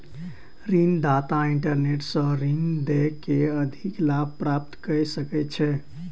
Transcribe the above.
ऋण दाता इंटरनेट सॅ ऋण दय के अधिक लाभ प्राप्त कय सकै छै